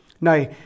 Now